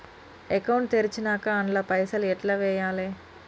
Account తెరిచినాక అండ్ల పైసల్ ఎట్ల వేయాలే?